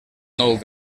nou